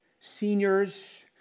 seniors